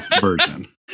version